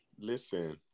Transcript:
Listen